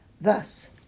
thus